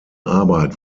arbeit